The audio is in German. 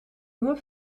nur